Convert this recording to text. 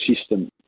system